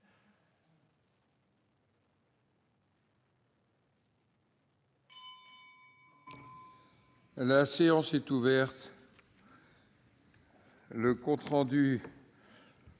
La séance est ouverte. Le compte rendu